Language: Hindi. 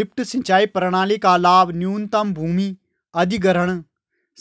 लिफ्ट सिंचाई प्रणाली का लाभ न्यूनतम भूमि अधिग्रहण